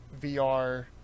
VR